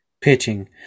pitching